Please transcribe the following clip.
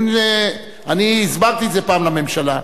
אני הסברתי את זה פעם לממשלה.